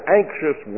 anxious